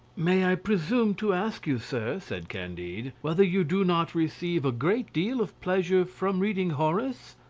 may i presume to ask you, sir, said candide, whether you do not receive a great deal of pleasure from reading horace?